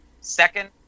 second